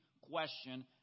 question